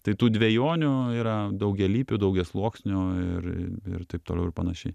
tai tų dvejonių yra daugialypių daugiasluoksnių ir taip toliau ir panašiai